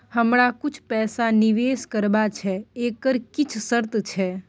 हमरा कुछ पैसा निवेश करबा छै एकर किछ शर्त छै?